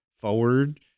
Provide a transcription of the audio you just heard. forward